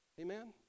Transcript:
Amen